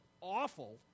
awful